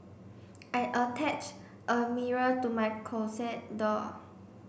I attached a mirror to my closet door